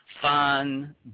fun